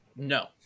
No